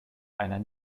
einer